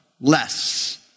less